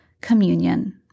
communion